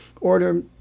order